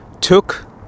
took